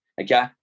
okay